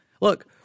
look